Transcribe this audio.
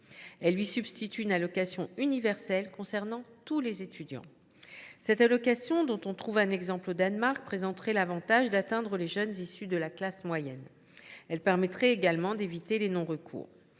elle lui substitue une allocation universelle concernant tous les étudiants. Cette mesure, dont on trouve un exemple au Danemark, présenterait l’avantage d’atteindre les jeunes issus de la classe moyenne, comme d’éviter le non recours.